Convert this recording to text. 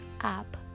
up